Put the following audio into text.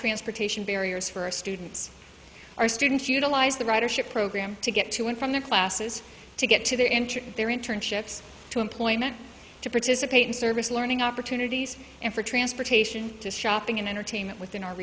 transportation barriers for our students our student futa lies the ridership program to get to and from the classes to get to enter their internships to employment to participate in service learning opportunities and for transportation to shopping and entertainment within our